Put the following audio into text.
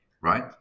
right